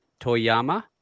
Toyama